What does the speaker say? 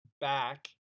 back